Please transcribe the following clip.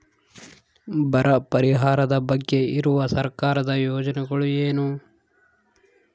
ಬರ ಪರಿಹಾರದ ಬಗ್ಗೆ ಇರುವ ಸರ್ಕಾರದ ಯೋಜನೆಗಳು ಏನು?